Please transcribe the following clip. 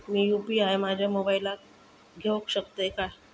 मी UPI माझ्या मोबाईलावर घेवक शकतय काय?